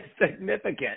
significant